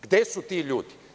Gde su ti ljudi?